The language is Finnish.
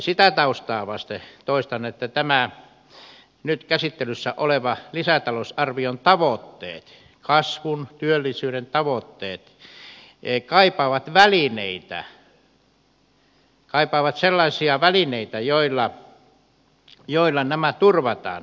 sitä taustaa vasten toistan että tämän nyt käsittelyssä olevan lisätalousarvion tavoitteet kasvun työllisyyden tavoitteet kaipaavat välineitä kaipaavat sellaisia välineitä joilla nämä turvataan